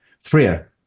freer